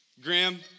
Graham